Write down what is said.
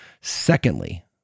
Secondly